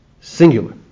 singular